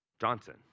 Johnson